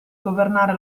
governare